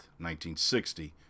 1960